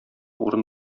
урын